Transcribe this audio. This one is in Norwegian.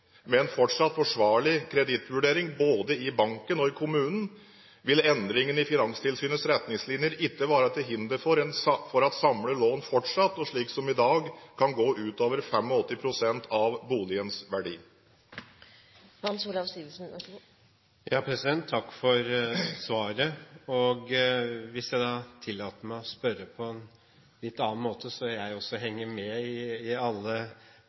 kredittvurdering både i banken og i kommunen vil endringene i Finanstilsynets retningslinjer ikke være til hinder for at samlet lån fortsatt og slik som i dag kan gå utover 85 pst. av boligens verdi. Takk for svaret. Hvis jeg kan tillate meg å spørre på en litt annen måte, så jeg også henger med i alle pingpongene mellom finanstilsyn og banker osv., så er spørsmålet: Vil det skje endringer i